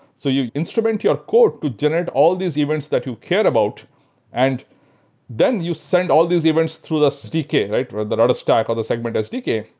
so you instrument your code to generate all these events that you care about and then you send all these events through sdk, like or the rudderstack, or the segment sdk.